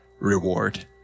reward